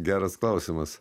geras klausimas